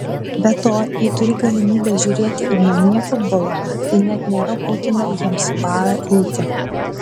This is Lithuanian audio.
be to jei turi galimybę žiūrėti ir namie futbolą tai net nėra būtina jiems į barą eiti